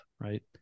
Right